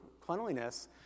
cleanliness